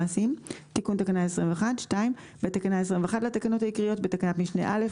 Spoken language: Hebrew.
תיקון תקנה 21 בתקנה 21 לתקנות העיקריות בתקנת משנה (א),